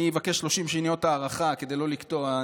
אני אבקש 30 שניות הארכה כדי לא לקטוע,